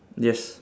yes